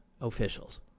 officials